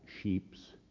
sheep's